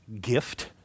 gift